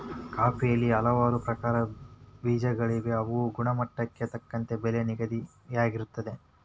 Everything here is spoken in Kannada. ಕಾಫಿಯಲ್ಲಿ ಹಲವಾರು ಪ್ರಕಾರದ ಬೇಜಗಳಿವೆ ಅವುಗಳ ಗುಣಮಟ್ಟಕ್ಕೆ ತಕ್ಕಂತೆ ಬೆಲೆ ನಿಗದಿಯಾಗಿರುತ್ತದೆ